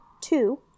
Two